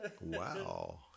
Wow